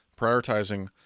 prioritizing